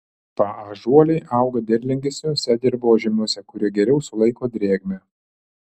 paąžuoliai auga derlingesniuose dirvožemiuose kurie geriau sulaiko drėgmę